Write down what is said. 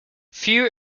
few